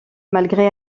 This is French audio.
malgré